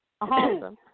Awesome